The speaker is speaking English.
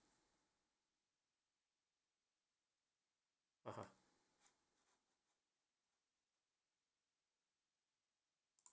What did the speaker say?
(uh huh)